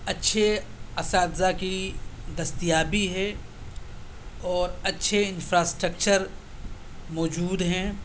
اچّھے اساتذہ کی دستیابی ہے اور اچّھے انفرا اسٹرکچر موجود ہیں